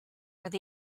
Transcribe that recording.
where